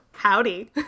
Howdy